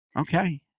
Okay